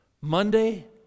Monday